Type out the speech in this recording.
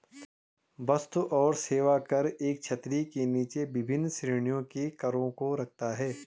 वस्तु और सेवा कर एक छतरी के नीचे विभिन्न श्रेणियों के करों को रखता है